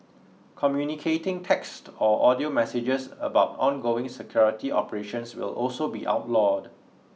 communicating text or audio messages about ongoing security operations will also be outlawed